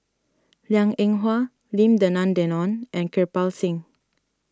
Liang Eng Hwa Lim Denan Denon and Kirpal Singh